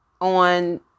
on